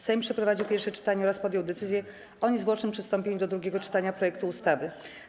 Sejm przeprowadził pierwsze czytanie oraz podjął decyzję o niezwłocznym przystąpieniu do drugiego czytania projektu ustawy.